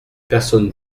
personne